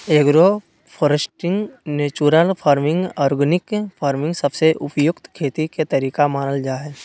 agro foresting, natural farming, organic farming सबसे उपयुक्त खेती के तरीका मानल जा हय